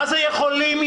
מה זה "יכולים יהיו"?